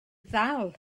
ddal